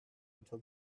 until